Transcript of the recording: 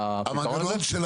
והפתרון הזה,